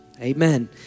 amen